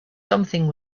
something